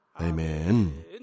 Amen